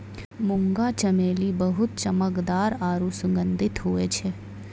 मुंगा चमेली बहुत चमकदार आरु सुगंधित हुवै छै